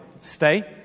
stay